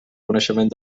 coneixement